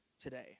today